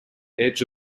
edge